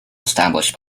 established